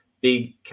Big